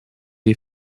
est